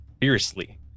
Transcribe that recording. fiercely